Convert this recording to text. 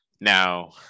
now